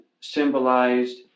symbolized